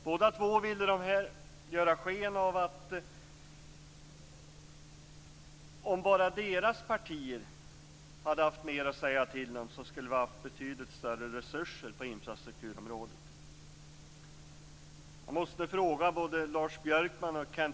Båda ville göra sken av att om deras partier haft mer att säga till om hade vi haft betydligt större resurser på infrastrukturområdet.